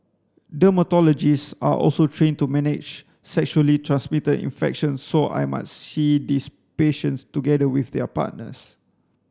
dermatologists are also trained to manage sexually transmitted infections so I might see these patients together with their partners